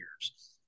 years